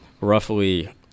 roughly